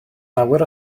lawer